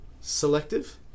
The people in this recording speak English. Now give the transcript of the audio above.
selective